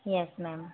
yes ma'am